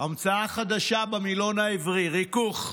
המצאה חדשה במילון העברי, "ריכוך".